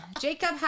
jacob